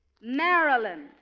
Maryland